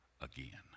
again